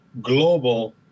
global